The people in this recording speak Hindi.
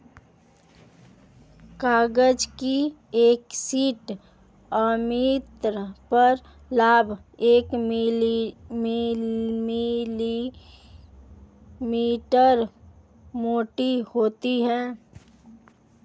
कागज की एक शीट आमतौर पर लगभग एक मिलीमीटर मोटी होती है